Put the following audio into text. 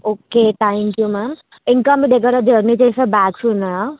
okay thank you ma'am ఇంకా మీ దగ్గర జర్నీ చేసే బ్యాగ్స్ ఉన్నాయా